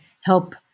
help